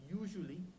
usually